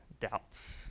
doubts